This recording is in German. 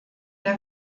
der